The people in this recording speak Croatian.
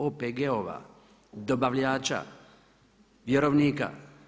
OPG-ova, dobavljača, vjerovnika?